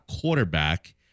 quarterback